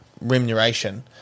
remuneration